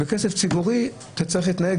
בכסף ציבורי אתה צריך להתנהג אחרת,